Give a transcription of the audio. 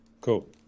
Cool